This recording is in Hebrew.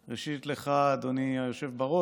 ראשית, לך, אדוני היושב בראש.